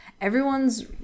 Everyone's